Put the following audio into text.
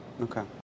Okay